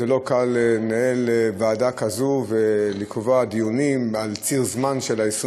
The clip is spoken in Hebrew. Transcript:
לא קל לנהל ועדה כזאת ולקבוע דיונים על ציר זמן של 28